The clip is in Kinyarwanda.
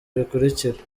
bikurikira